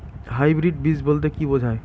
Hybrid বীজ বলতে কী বোঝায়?